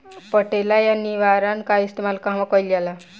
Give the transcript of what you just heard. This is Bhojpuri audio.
पटेला या निरावन का इस्तेमाल कहवा कइल जाला?